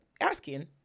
asking